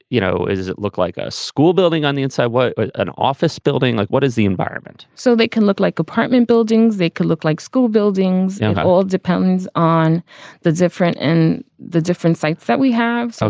you know, it is. it looks like a school building on the inside was an office building. like what is the environment? so they can look like apartment buildings. they could look like school buildings. it all depends on the different and the different sites that we have. so